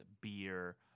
beer